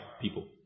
people